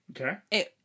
Okay